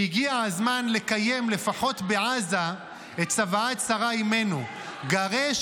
שהגיע הזמן לקיים לפחות בעזה את צוואת שרה אימנו: "גרש